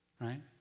right